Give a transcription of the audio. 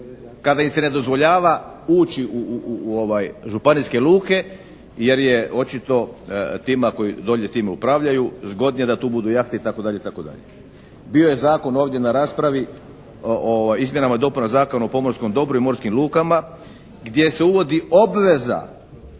Kada im se ne dozvoljava uči u županijske luke jer je očito tima koji dolje time upravljaju zgodnije da tu budu jahte i tako dalje i tako dalje. Bio je zakon ovdje na raspravi o izmjenama i dopunama Zakona o pomorskom dobru i morskim lukama gdje se uvodi obveza